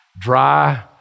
dry